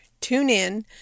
TuneIn